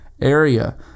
area